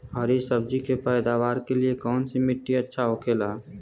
हरी सब्जी के पैदावार के लिए कौन सी मिट्टी अच्छा होखेला?